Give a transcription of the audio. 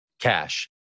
cash